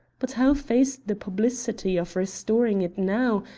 but how face the publicity of restoring it now,